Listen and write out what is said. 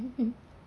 (uh huh)